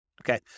Okay